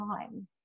time